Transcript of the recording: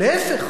או להיפך,